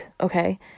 okay